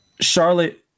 Charlotte